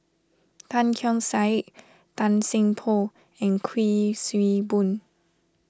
Tan Keong Saik Tan Seng Poh and Kuik Swee Boon